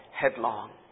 headlong